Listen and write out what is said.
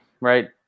right